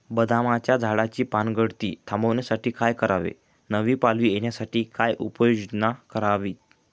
बदामाच्या झाडाची पानगळती थांबवण्यासाठी काय करावे? नवी पालवी येण्यासाठी काय उपाययोजना करावी?